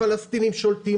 הפלסטינים שולטים,